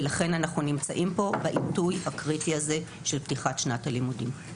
לכן אנחנו נמצאים פה בעיתוי הקריטי הזה של פתיחת שנת הלימודים.